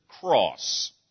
cross